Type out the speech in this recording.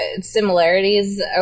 Similarities